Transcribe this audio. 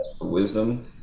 wisdom